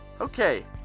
Okay